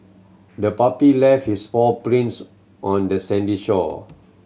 the puppy left its paw prints on the sandy shore